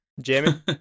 Jamie